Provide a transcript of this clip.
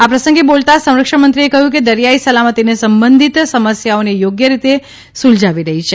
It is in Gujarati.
આ પ્રસંગે બોલતાં સંરક્ષણમંત્રીએ કહ્યું કે દરિયાઇ સલામતીને સંબંધિત સમસ્યાઓને યોગ્ય રીતે સૂલઝાવી રહી છે